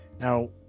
Now